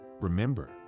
Remember